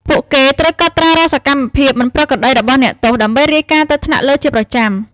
ពួកគេត្រូវកត់ត្រារាល់សកម្មភាពមិនប្រក្រតីរបស់អ្នកទោស ដើម្បីរាយការណ៍ទៅថ្នាក់លើជាប្រចាំ។